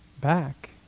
back